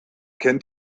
kennt